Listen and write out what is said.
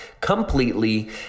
completely